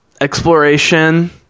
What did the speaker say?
exploration